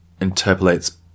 interpolates